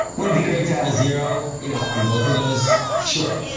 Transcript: would it be great to have a zero you know on both of those? sure,